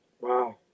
Wow